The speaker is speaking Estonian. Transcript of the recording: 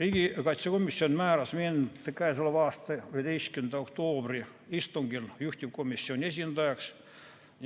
Riigikaitsekomisjon määras mind k.a 11. oktoobri istungil juhtivkomisjoni esindajaks